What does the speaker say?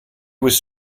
was